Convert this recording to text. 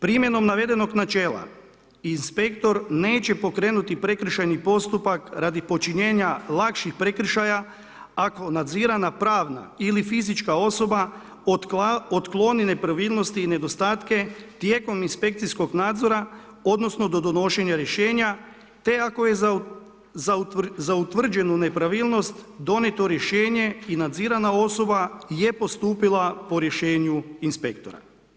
Primjenom navedenog načela inspektor neće pokrenuti prekršajni postupak radi počinjenja lakših prekršaja ako nadzirana pravna ili fizička osoba otkloni nepravilnosti i nedostatke tijekom inspekcijskog nadzora odnosno do donošenja rješenja te ako je za utvrđenu nepravilnost donijeti rješenje i nadzirana osoba je postupila po rješenju inspektora.